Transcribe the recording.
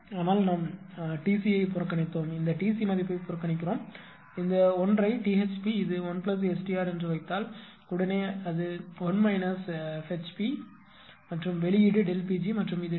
ஆனால் நாம் T c ஐ புறக்கணித்தோம் இந்த T c மதிப்பை புறக்கணிக்கிறோம் இந்த 1 ஐ T HP இது 1ST r என்று வைத்தால் உடனே அது 1 F HP மற்றும் வெளியீடு ΔP g மற்றும் இது ΔE